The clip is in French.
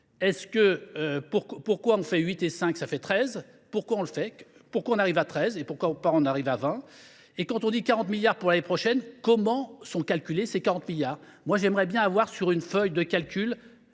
économies, pourquoi on fait 8 et 5 ? Ça fait 13. Pourquoi on arrive à 13 et pourquoi pas on arrive à 20 ? Et quand on dit 40 milliards pour l'année prochaine, comment sont calculés ces 40 milliards ? Moi j'aimerais bien avoir sur une feuille de calcul